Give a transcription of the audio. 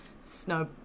snow